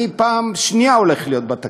אני פעם שנייה הולך להיות בתקציב.